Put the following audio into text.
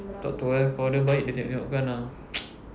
tak tahu eh kalau dia baik dia tengok-tengokkan ah